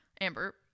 Amber